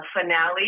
finale